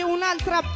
Un'altra